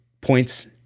points